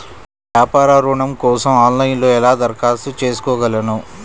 వ్యాపార ఋణం కోసం ఆన్లైన్లో ఎలా దరఖాస్తు చేసుకోగలను?